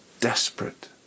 desperate